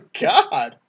god